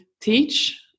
teach